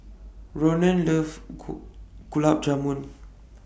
Ronan loves Gulab Jamun